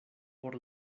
por